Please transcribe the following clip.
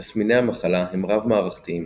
תסמיני המחלה הם רב-מערכתיים